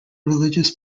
religious